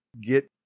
get